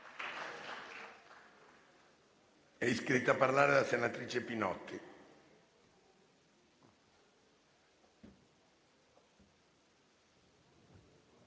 È iscritta a parlare la senatrice Nugnes.